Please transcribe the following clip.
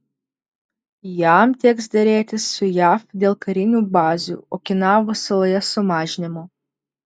jam teks derėtis su jav dėl karinių bazių okinavos saloje sumažinimo